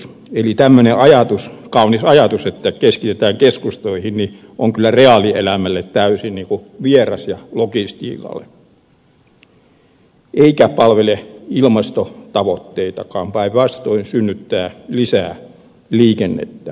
eli tämmöinen ajatus kaunis ajatus että keskitetään keskustoihin on kyllä reaalielämälle ja logistiikalle täysin vieras eikä palvele ilmastotavoitteitakaan päinvastoin synnyttää lisää liikennettä